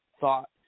thought